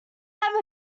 have